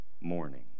morning